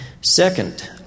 Second